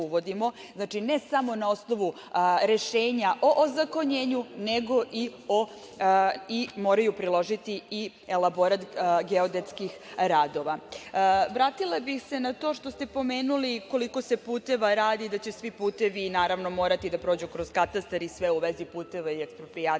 ne samo na osnovu rešenja o ozakonjenju, nego i moraju priložiti i elaborat geodetskih radova. Vratila bih se na to što ste pomenuli koliko se puteva radi, da će svi putevi, naravno, morati da prođu kroz katastar i sve u vezi puteva i eksproprijacija